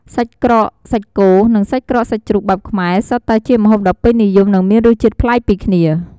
សាច់ក្រកសាច់គោ និងសាច់ក្រកសាច់ជ្រូកបែបខ្មែរ សុទ្ធតែជាម្ហូបដ៏ពេញនិយម និងមានរសជាតិប្លែកពីគ្នា។